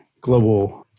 global –